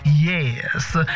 Yes